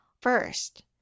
First